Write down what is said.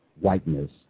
whiteness